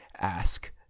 ask